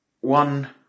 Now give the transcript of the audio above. one